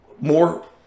more